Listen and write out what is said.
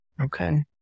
Okay